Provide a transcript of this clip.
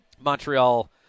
Montreal